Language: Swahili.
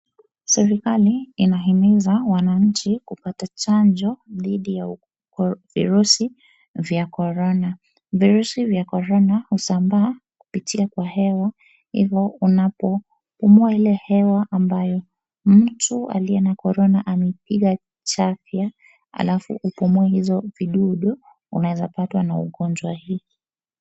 Serikali inahimiza wanaanchi kupata chanjo dhidi ya virusi vya korona .Virusi vya korona husambaa kupitia kwa hewa hivyo unapopumua ile hewa ambayo mtu aliye na korona amepiga chafya alafu upumue hizo vidudu, unaezapatwa na ugonjwa hii.